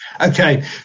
Okay